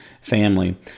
family